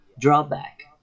drawback